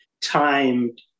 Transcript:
timed